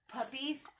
Puppies